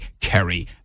Kerry